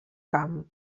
camp